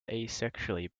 asexually